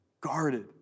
guarded